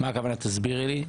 תסבירי לי.